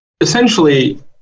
Essentially